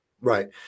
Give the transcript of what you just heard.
right